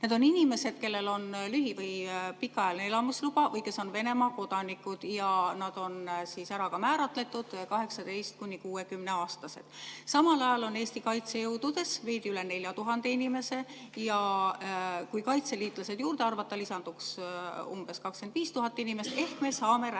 Need on inimesed, kellel on lühi‑ või pikaajaline elamisluba või kes on Venemaa kodanikud ja nad on ära määratletud kui 18–60‑aastased. Samal ajal on Eesti kaitsejõududes veidi üle 4000 inimese. Kui kaitseliitlased juurde arvata, lisanduks umbes 25 000 inimest ehk me saame rääkida